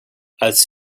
als